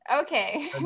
okay